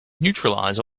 neutralize